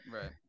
right